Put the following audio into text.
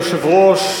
אדוני היושב-ראש,